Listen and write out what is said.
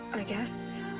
i guess.